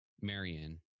Marion